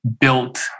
built